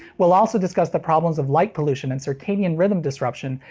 we'll also discuss the problems of light pollution and circadian rhythm disruption,